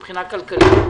מבחינה כלכלית.